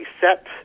set